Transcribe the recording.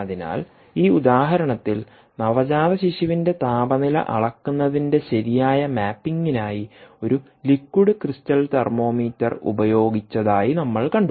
അതിനാൽ ഈ ഉദാഹരണത്തിൽ നവജാത ശിശുവിന്റെ താപനില അളക്കുന്നതിന്റെ ശരിയായ മാപ്പിംഗിനായി ഒരു ലിക്വിഡ് ക്രിസ്റ്റൽ തെർമോമീറ്റർ ഉപയോഗിച്ചതായി നമ്മൾ കണ്ടു